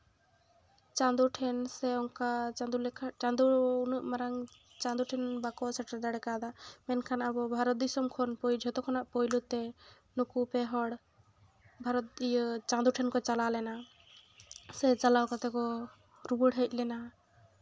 ᱪᱟᱸᱫᱚ ᱴᱷᱮᱱ ᱥᱮ ᱚᱱᱠᱟ ᱪᱟᱸᱫᱚ ᱞᱮᱠᱷᱟ ᱪᱟᱸᱫᱚ ᱩᱱᱟᱹᱜ ᱢᱟᱨᱟᱝ ᱪᱟᱸᱫᱚ ᱴᱷᱮᱱ ᱵᱟᱠᱚ ᱥᱮᱴᱮᱨ ᱫᱟᱲᱮ ᱠᱟᱣᱫᱟ ᱢᱮᱱᱠᱷᱟᱱ ᱟᱵᱚ ᱵᱷᱟᱨᱚᱛ ᱫᱤᱥᱚᱢ ᱠᱷᱚᱱ ᱡᱷᱚᱛᱚ ᱠᱷᱚᱱᱟᱜ ᱯᱳᱭᱞᱳ ᱛᱮ ᱱᱩᱠᱩ ᱯᱮ ᱦᱚᱲ ᱵᱷᱟᱨᱚᱛ ᱪᱟᱸᱫᱚ ᱴᱷᱮᱱ ᱠᱚ ᱪᱟᱞᱟᱣ ᱞᱮᱱᱟ ᱥᱮ ᱪᱟᱞᱟᱣ ᱠᱟᱛᱮ ᱠᱚ ᱨᱩᱣᱟᱹᱲ ᱦᱮᱡ ᱞᱮᱱᱟ